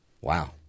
Wow